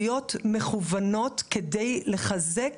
כהתערבויות מכוונות כדי לחזק